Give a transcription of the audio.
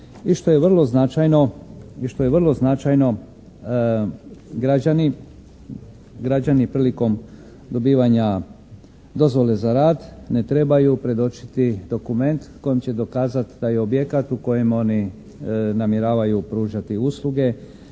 i što je vrlo značajno građani prilikom dobivanja dozvole za rad ne trebaju predočiti dokument kojim će dokazati da je objekat u kojem oni namjeravaju pružati usluge